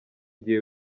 igihe